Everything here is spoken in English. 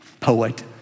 poet